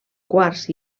quars